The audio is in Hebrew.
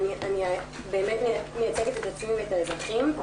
אני באמת מייצגת את עצמי ואת האזרחים.